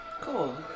Cool